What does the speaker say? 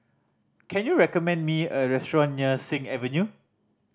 can you recommend me a restaurant near Sing Avenue